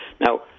Now